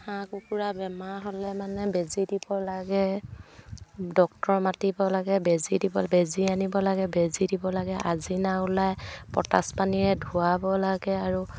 হাঁহ কুকুৰা বেমাৰ হ'লে মানে বেজী দিব লাগে ডক্টৰ মাতিব লাগে বেজি দিব বেজী আনিব লাগে বেজী দিব লাগে আজিনা ওলাই পটাচ পানীৰে ধুৱাব লাগে আৰু